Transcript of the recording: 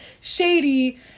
shady